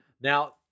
Now